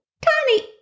tiny